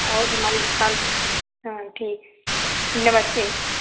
और हमारी दुकान पर हाँ ठीक है नमस्ते